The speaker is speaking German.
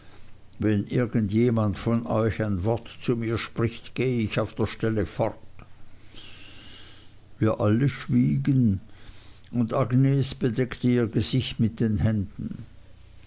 wenn irgend jemand von euch ein wort zu mir spricht gehe ich auf der stelle fort wir alle schwiegen und agnes bedeckte ihr gesicht mit den händen